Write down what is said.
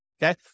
Okay